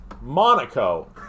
Monaco